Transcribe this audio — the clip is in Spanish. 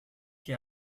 que